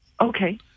Okay